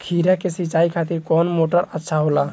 खीरा के सिचाई खातिर कौन मोटर अच्छा होला?